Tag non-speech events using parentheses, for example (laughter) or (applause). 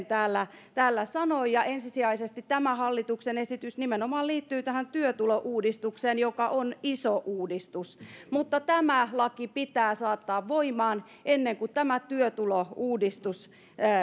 (unintelligible) täällä sanoi ja ensisijaisesti tämä hallituksen esitys liittyy nimenomaan työtulouudistukseen joka on iso uudistus tämä laki pitää saattaa voimaan ennen kuin tämä työtulouudistus